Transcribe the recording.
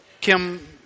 Kim